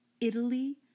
Italy